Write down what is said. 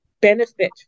benefit